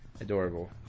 adorable